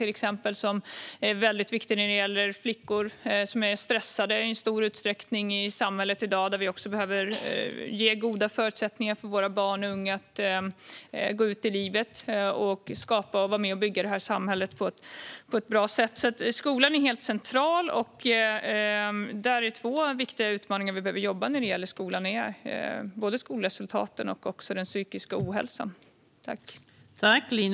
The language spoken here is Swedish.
Det är en viktig aspekt speciellt när det gäller flickor, som i stor utsträckning är stressade i samhället i dag. Vi behöver ge goda förutsättningar för våra barn och unga att gå ut i livet och skapa och vara med och bygga det här samhället på ett bra sätt. Skolan är helt central, och detta är två viktiga utmaningar vi behöver jobba med när det gäller skolan. Det gäller både skolresultaten och den psykiska ohälsan.